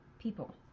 people